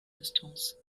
distanz